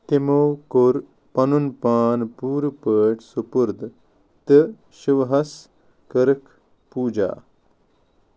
تِمَو کوٚر پنُن پانۍ پوٗرٕ پٲٹھۍ سُپرد تہٕ شِوہَس کٔرکھ پوجا